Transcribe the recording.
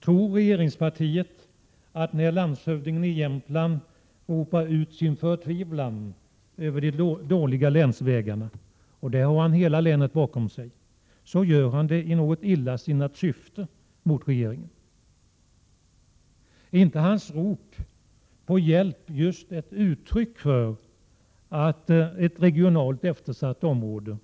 Tror regeringspartiet att landshövdingen i Jämtland när han ropar ut sin förtvivlan över de dåliga länsvägarna — och han har hela länet bakom sig — gör det i något mot regeringen illasinnat syfte? Är inte hans rop på hjälp just ett uttryck för att en eftersatt region